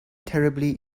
terribly